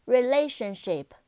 Relationship